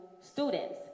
students